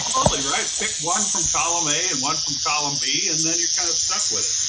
um totally, right. pick one from column a and one from column b, and then you're kind of stuck with it.